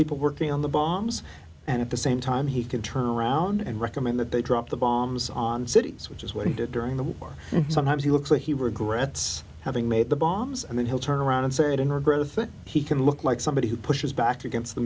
people working on the bombs and at the same time he could turn around and recommend that they drop the bombs on cities which is what he did during the war and sometimes he looks like he regrets having made the bombs and then he'll turn around and say it in our growth that he can look like somebody who pushes back against the